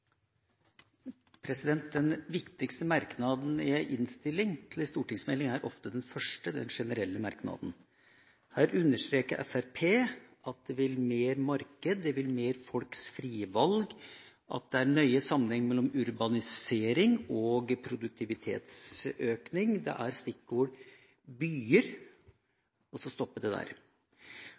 verkar. Den viktigste merknaden i en innstilling til en stortingsmelding er ofte den første – den generelle merknaden. Her understreker Fremskrittspartiet at de vil ha mer marked, de vil ha mer «folks frie valg», at det er nøye sammenheng mellom urbanisering og produktivitetsøkning – da er stikkordet byer – og så stopper det der.